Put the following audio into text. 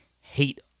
hate